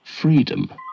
freedom